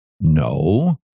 No